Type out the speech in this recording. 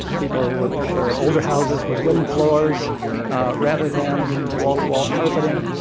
people would prefer older houses with wooden floors rather than wall-to-wall carpeting.